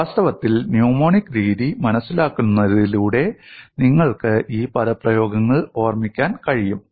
വാസ്തവത്തിൽ ന്യൂമോണിക് രീതി മനസ്സിലാക്കുന്നതിലൂടെ നിങ്ങൾക്ക് ഈ പദപ്രയോഗങ്ങൾ ഓർമ്മിക്കാൻ കഴിയും